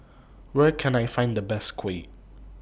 Where Can I Find The Best Kuih